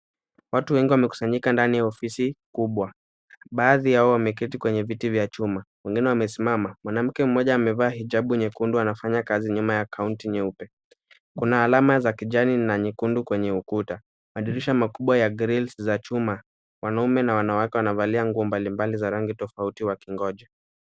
Watu wengi wamekusanyika ndani ya ofisi kubwa, baadhi yao wameketi kwenye viti vya chuma. Wengine wamesimama, mwanamke mmoja amevaa hijabu nyekudu na anafanya kazi nyuma ya kaunti nyeupe. Kuna alama za kijani na nyekundu kwenye ukuta kuna madirisha ya girili za chuma. Wanaume na wanawake wanavalia nguo mbalimbali za rangi tofauti wakingoja.